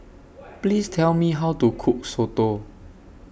Please Tell Me How to Cook Soto